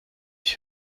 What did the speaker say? ich